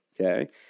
okay